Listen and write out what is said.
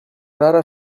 rara